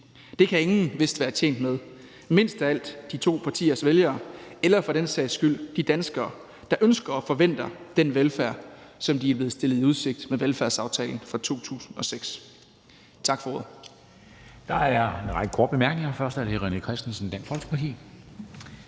Det kan ingen vist være tjent med, mindst af alt de to partiers vælgere eller for den sags skyld de danskere, der ønsker og forventer den velfærd, som de er blevet stillet i udsigt med velfærdsaftalen fra 2006. Tak for ordet.